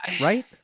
right